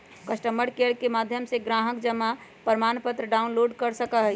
customer care के माध्यम से ग्राहक जमा प्रमाणपत्र डाउनलोड कर सका हई